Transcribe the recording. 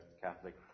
Catholic